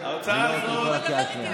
אני לא רוצה לקרוא אותך בקריאה שנייה.